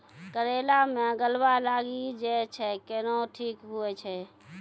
करेला मे गलवा लागी जे छ कैनो ठीक हुई छै?